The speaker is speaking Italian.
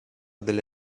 delle